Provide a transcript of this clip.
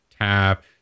tap